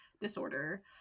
disorder